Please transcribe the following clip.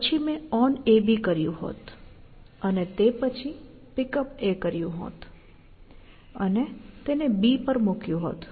પછી મેં onAB કર્યું હોત અને તે પછી Pickup કર્યું હોત અને તેને B પર મૂક્યું હોત